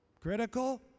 critical